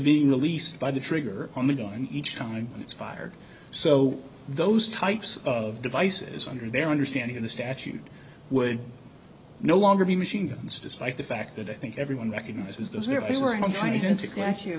being released by the trigger on the gun each time it's fired so those types of devices under their understanding of the statute would no longer be machine guns despite the fact that i think everyone recognizes those there